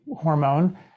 hormone